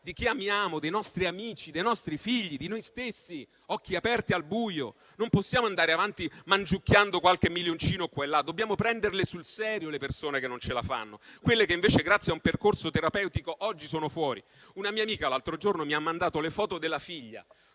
di chi amiamo, dei nostri amici, dei nostri figli, di noi stessi, occhi aperti al buio. Non possiamo andare avanti mangiucchiando qualche milioncino qua e là: dobbiamo prendere sul serio le persone che non ce la fanno. Quanto a quelle che invece grazie a un percorso terapeutico oggi sono fuori: una mia amica, qualche giorno fa, mi ha mandato le foto della figlia,